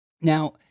Now